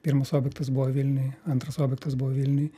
pirmas objektas buvo vilniuj antras objektas buvo vilniuj